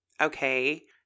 Okay